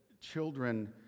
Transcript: children